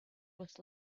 was